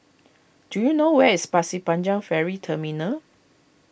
do you know where is Pasir Panjang Ferry Terminal